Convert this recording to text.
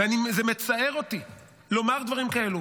וזה מצער אותי לומר דברים כאלה,